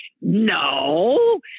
No